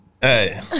Hey